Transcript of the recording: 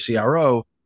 CRO